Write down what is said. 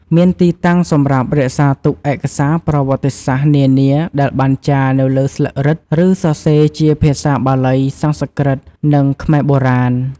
មានទីតាំងសម្រាប់រក្សាទុកឯកសារប្រវត្តិសាស្ត្រនានាដែលបានចារនៅលើស្លឹករឹត ឬសរសេរជាភាសាបាលី សំស្ក្រឹត និងខ្មែរបុរាណ។